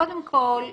קודם כול,